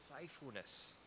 faithfulness